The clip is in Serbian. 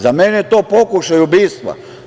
Za mene je to pokušaj ubistva.